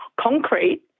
concrete